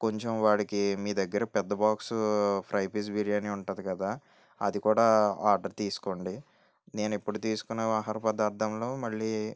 కొంచెం వాడికి మీ దగ్గర పెద్ద బాక్స్ ఫ్రై పీస్ బిర్యానీ ఉంటుంది కదా అది కూడా ఆర్డర్ తీసుకోండి నేను ఎప్పుడు తీసుకునే ఆహార పదార్థంలో మళ్ళీ